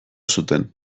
zuten